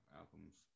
albums